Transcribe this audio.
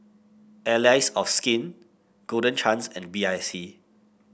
Allies of Skin Golden Chance and B I C